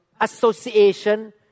association